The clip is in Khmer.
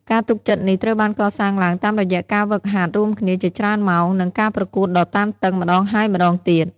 ការទុកចិត្តនេះត្រូវបានកសាងឡើងតាមរយៈការហ្វឹកហាត់រួមគ្នាជាច្រើនម៉ោង និងការប្រកួតដ៏តានតឹងម្តងហើយម្តងទៀត។